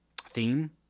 theme